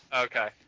Okay